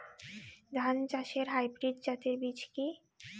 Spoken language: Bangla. ধান চাষের হাইব্রিড জাতের বীজ কি?